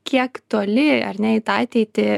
kiek toli ar ne į tą ateitį